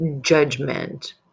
judgment